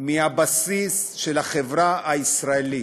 מהבסיס של החברה הישראלית,